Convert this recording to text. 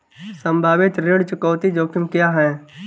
संभावित ऋण चुकौती जोखिम क्या हैं?